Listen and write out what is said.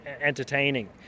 entertaining